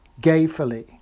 gayfully